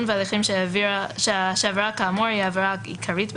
והליכים שהעבירה כאמור היא העבירה העיקרית בהם,